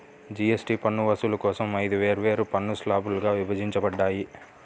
GST పన్ను వసూలు కోసం ఐదు వేర్వేరు పన్ను స్లాబ్లుగా విభజించబడ్డాయి